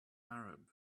arab